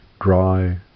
dry